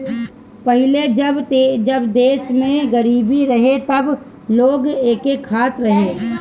पहिले जब देश में गरीबी रहे तब लोग एके खात रहे